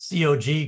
COG